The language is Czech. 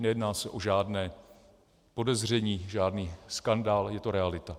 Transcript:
Nejedná se o žádné podezření, žádný skandál, je to realita.